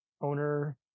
owner